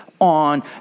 on